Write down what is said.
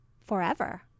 forever